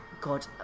God